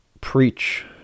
preach